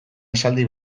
esaldi